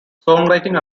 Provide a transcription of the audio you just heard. songwriting